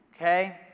Okay